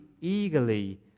eagerly